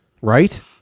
right